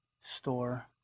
store